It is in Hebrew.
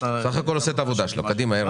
במהלך הזה פעלו שם אנשים להעלאת המודעות לנכבה.